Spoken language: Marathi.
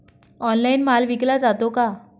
ऑनलाइन माल विकला जातो का?